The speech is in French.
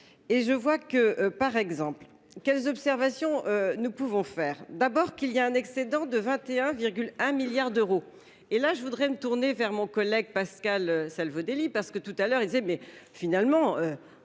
Et je vois que par exemple quelles observations. Nous pouvons faire d'abord qu'il y a un excédent de 21,1 milliards d'euros et là je voudrais me tourner vers mon collègue Pascal Salvodelli parce que tout à l'heure, il disait mais finalement